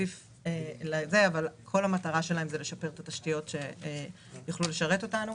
כל המטרה היא לשפר את התשתיות כדי שיוכלו לשרת אותנו.